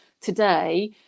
today